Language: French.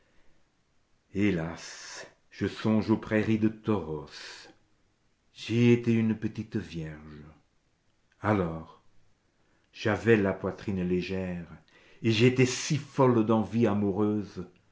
hélas je songe aux prairies de tauros j'ai été une petite vierge alors j'avais la poitrine légère et j'étais si folle d'envie amoureuse